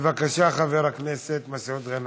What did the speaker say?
בבקשה, חבר הכנסת מסעוד גנאים.